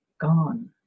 gone